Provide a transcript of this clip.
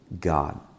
God